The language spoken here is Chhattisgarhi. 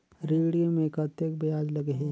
ऋण मे कतेक ब्याज लगही?